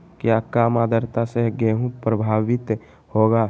क्या काम आद्रता से गेहु प्रभाभीत होगा?